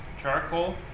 charcoal